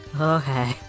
Okay